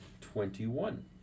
Twenty-one